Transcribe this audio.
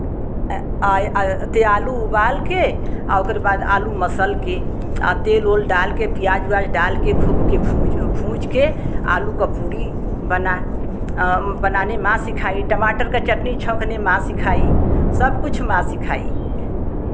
तो आलू उबाल के ओकरे बाद आलू मसल के तेल ओल डाल के प्याज़ उवाज डाल के खूब ओके भूँज भूँज के आलू का पूड़ी बना बनाने माँ सिखाई टमाटर का चटनी छौंकने माँ सिखाई सब कुछ माँ सिखाई